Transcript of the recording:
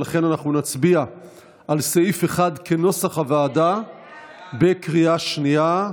ולכן אנחנו נצביע על סעיף 1 כנוסח הוועדה בקריאה שנייה.